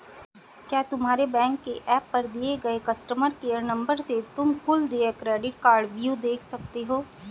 क्या तुम्हारे बैंक के एप पर दिए गए कस्टमर केयर नंबर से तुम कुल देय क्रेडिट कार्डव्यू देख सकते हो?